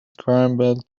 scramble